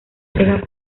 sega